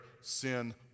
sin